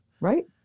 Right